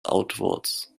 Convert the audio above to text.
outwards